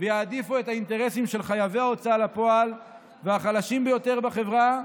ויעדיפו את האינטרסים של חייבי ההוצאה לפועל והחלשים ביותר בחברה,